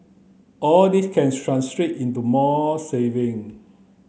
all this can translate into more saving